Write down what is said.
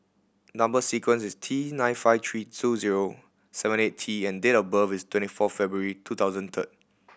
number sequence is T nine five three two zero seven eight T and date of birth is twenty four February two thousand third